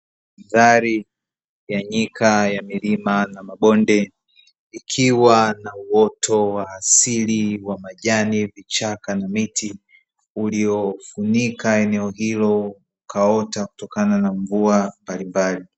Mandhari ya nyika ya milima na mabonde ikiwa na uoto wa asili wa majani, vichaka, na miti, uliofunika eneo hilo ukaota kutokana na mvua mbalimbali.